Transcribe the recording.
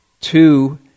Two